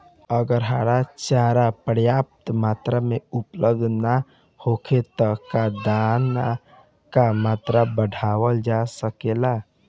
अगर हरा चारा पर्याप्त मात्रा में उपलब्ध ना होखे त का दाना क मात्रा बढ़ावल जा सकेला?